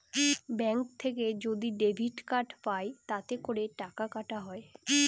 bank থেকে যদি debit card পাই তাতে করে টাকা কাটা হয়